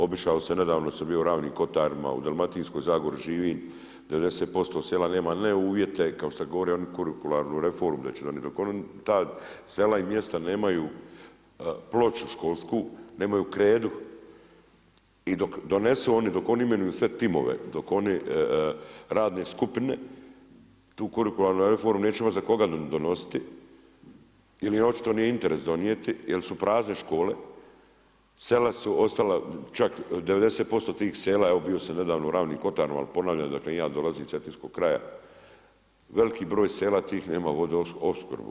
Obišao sam nedavno sam bio u Ravnim kotarima u Dalmatinskoj zagori živim 90% sela nema ne uvjete kao što govore oni kurikuralnu reformu da će donijet, dok ta sela i mjesta nemaju ploču školsku, nemaju kredu i dok donesu oni dok oni imenuju sve timove, dok oni radne skupine tu kurikuralnu reformu nećemo imati za koga donositi ili im očito nije interes donijeti jer su prazne škole, sela su ostala čak 90% tih sela evo bio sam nedavno u Ravnim kotarima jel ponavljam dakle ja dolazim iz Cetinskog kraja, veliki broj tih sela nema vodoopskrbu.